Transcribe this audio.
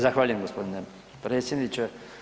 Zahvaljujem, g. predsjedniče.